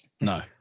No